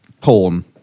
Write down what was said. porn